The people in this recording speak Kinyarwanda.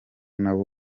nabo